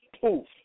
Poof